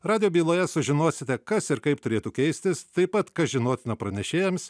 radijo byloje sužinosite kas ir kaip turėtų keistis taip pat kas žinotina pranešėjams